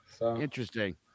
Interesting